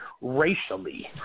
racially